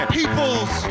People's